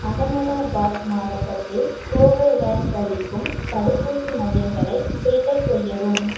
அஹமதாபாத் மாவட்டத்தில் கோவோவேக்ஸ் அளிக்கும் தடுப்பூசி மையங்களை ஃபில்டர் செய்யவும்